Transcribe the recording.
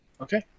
Okay